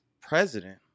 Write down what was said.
president